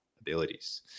abilities